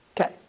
Okay